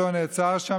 הוא לא נעצר שם,